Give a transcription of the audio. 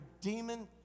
demon